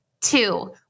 Two